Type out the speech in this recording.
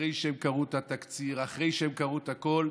אחרי שהם קראו את התקציר, אחרי שהם קראו את הכול.